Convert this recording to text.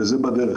וזה בדרך.